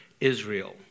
Israel